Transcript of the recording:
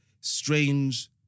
strange